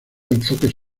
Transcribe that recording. enfoques